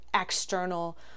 external